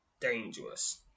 dangerous